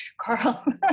Carl